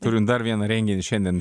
turim dar vieną renginį šiandien